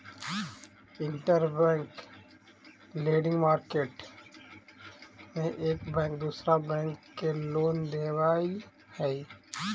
interbank lending market में एक bank दूसरा बैंक के लोन देवऽ हई